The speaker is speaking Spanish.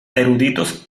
eruditos